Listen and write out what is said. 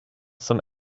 some